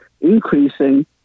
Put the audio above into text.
increasing